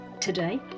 today